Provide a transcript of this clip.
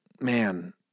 man